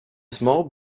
small